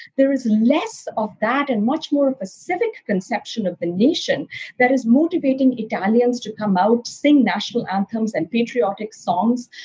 there is less of that and much more of a civic conception of the nation that is motivating italians to come out, sing national anthems and patriotic songs,